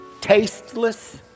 tasteless